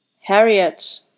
Harriet